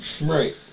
Right